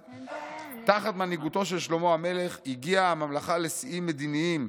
תחת מנהיגותו של שלמה המלך הגיעה הממלכה לשיאים מדיניים.